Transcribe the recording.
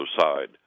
side